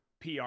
PR